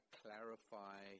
clarify